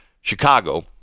Chicago